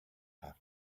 have